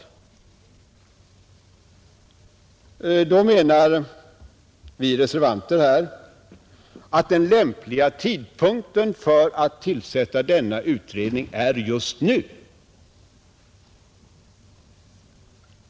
Då menar vi reservanter att den lämpliga tidpunkten för att tillsätta denna utredning är just nu.